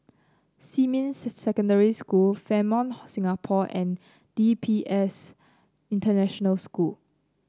Xinmin Secondary School Fairmont Singapore and D P S International School